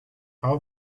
how